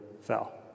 fell